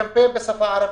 קמפיין בשפה הערבית,